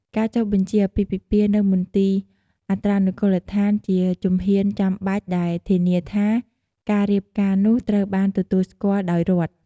ការចុះបញ្ជីអាពាហ៍ពិពាហ៍នៅមន្ទីរអត្រានុកូលដ្ឋាន ជាជំហានចាំបាច់ដែលធានាថា ការរៀបការនោះត្រូវបានទទួលស្គាល់ដោយរដ្ឋ។